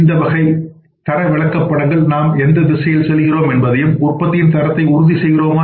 இந்த வகை தர விளக்கப்படங்கள் நாம் எந்த திசையில் செல்கிறோம் என்பதையும் உற்பத்தியின் தரத்தை உறுதிசெய்கிறோமா